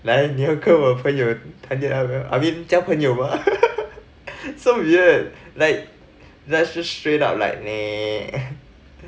来你要跟我朋友谈恋爱吗 I mean 交朋友 mah so weird like that's just straight up like